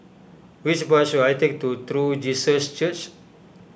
Which bus should I take to True Jesus Church